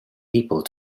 people